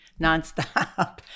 nonstop